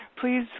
please